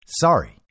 Sorry